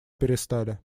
перестали